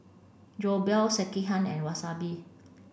Jokbal Sekihan and Wasabi